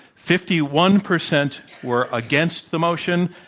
fifty one percent were against the motion,